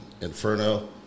Inferno